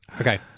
Okay